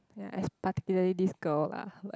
ya it's particularly this girl lah who